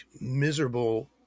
miserable